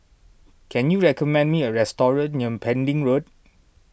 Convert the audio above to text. can you recommend me a restaurant near Pending Road